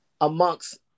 amongst